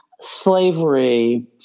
slavery